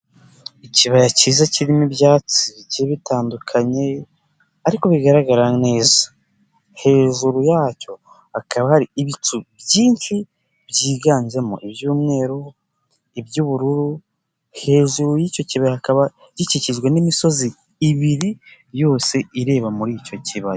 Ikibaya cyiza kirimo ibyatsi bigiye bitandukanye, ariko bigaragara neza. Hejuru yacyo hakaba hari ibicu byinshi byiganjemo iby'umweru, iby'ubururu, hejuru y'icyo kibaya hakaba gikikijwe n'imisozi ibiri yose ireba muri icyo kibaya.